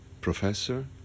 professor